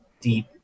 deep